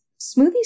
smoothies